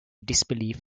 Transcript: disbelief